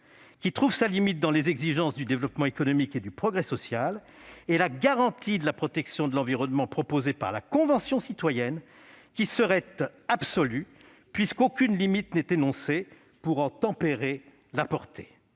qui trouve sa limite dans les exigences du développement économique et du progrès social, et la garantie de la protection de l'environnement proposée par la Convention citoyenne, qui serait absolue, puisqu'aucune limite n'est énoncée pour en tempérer la portée.